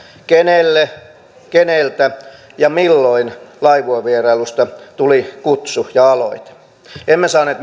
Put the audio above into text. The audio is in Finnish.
kenelle keneltä ja milloin laivuevierailusta tuli kutsu ja aloite emme saaneet